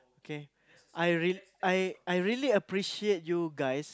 K I really I I really appreciate you guys